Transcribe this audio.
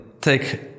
take